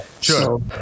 Sure